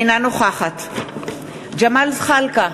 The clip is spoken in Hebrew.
אינה נוכחת ג'מאל זחאלקה,